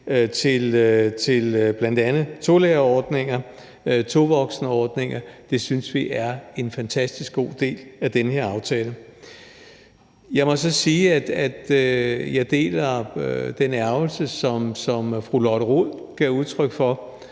til bl.a. tolærerordninger, tovoksenordninger. Det synes vi er en fantastisk god del af den her aftale. Jeg må så sige, at jeg deler den ærgelse, som fru Lotte Rod gav udtryk for,